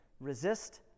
Resist